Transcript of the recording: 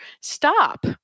stop